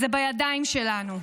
זה בידיים שלנו.